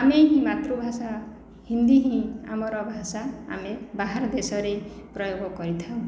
ଆମେ ମାତୃଭାଷା ହିନ୍ଦୀ ହିଁ ଆମର ଭାଷା ଆମେ ବାହାର ଦେଶରେ ପ୍ରୟୋଗ କରିଥାଉ